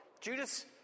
Judas